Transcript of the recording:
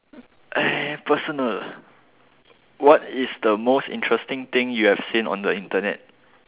eh personal what is the most interesting thing you have seen on the internet